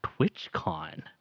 TwitchCon